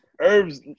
herbs